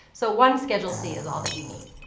so one schedule c is all that you need.